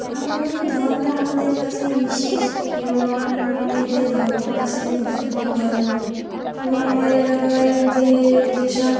আমাদের ধর্ম আমাদের কাছেই বিশেষ এবং আমাদের যে ধর্ম আছে মুসলমান ধর্ম এবং আমার এলাকায় যে যেসব